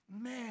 man